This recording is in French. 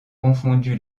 confondu